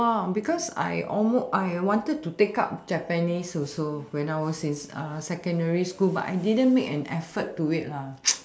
oh because I almost I wanted to take up japanese also when I was in uh secondary school but I didn't make an effort to it